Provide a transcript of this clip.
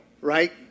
right